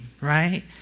right